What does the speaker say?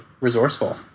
resourceful